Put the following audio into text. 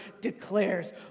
declares